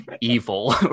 evil